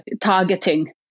targeting